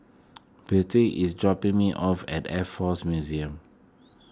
Bity is dropping me off at Air force Museum